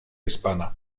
hispana